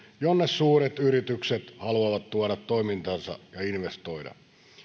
jonne suuret yritykset haluavat tuoda toimintansa ja investoida